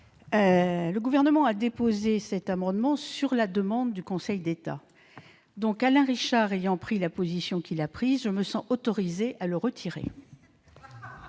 Le Gouvernement a déposé cet amendement à la demande du Conseil d'État. Alain Richard ayant pris la position qu'il a prise, je me sens autorisée à le retirer